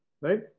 right